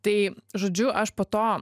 tai žodžiu aš po to